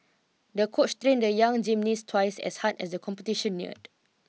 the coach train the young gymnast twice as hard as the competition neared